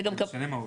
זה משנה מהותית?